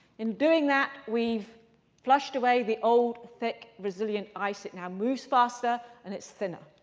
in doing that, we've flushed away the old, thick, resilient ice. it now moves faster and it's thinner.